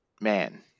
man